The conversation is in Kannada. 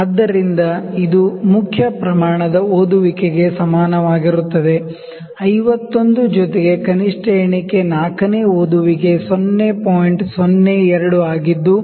ಆದ್ದರಿಂದ ಇದು ಮೇನ್ ಸ್ಕೇಲ್ ದ ರೀಡಿಂಗ್ ಗೆ ಸಮನಾಗಿರುತ್ತದೆ 51 ಪ್ಲಸ್ ಲೀಸ್ಟ್ ಕೌಂಟ್ 4 ನೇ ರೀಡಿಂಗ್ ಗೆ 0